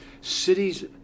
cities